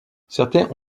certains